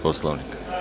Poslovnika.